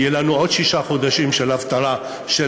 יהיו לנו עוד שישה חודשים של אבטלה של